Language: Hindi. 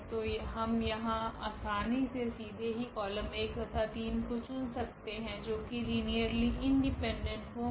तो हम यहाँ आसानी से सीधे ही कॉलम 1 तथा 3 को चुन सकते है जो की लीनियरली इंडिपेंडेंट होगे